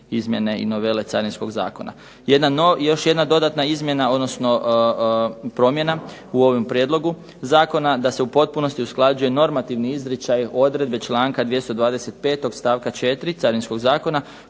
izmjene i novele Carinskog zakona. Još jedna dodatna izmjena odnosno promjena u ovom prijedlogu zakona, da se u potpunosti usklađuje normativni izričaj odredbe članka 225. stavka 4. Carinskog zakona